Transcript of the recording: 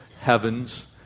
heavens